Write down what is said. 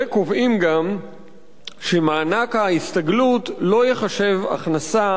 וקובעים גם שמענק ההסתגלות לא ייחשב הכנסה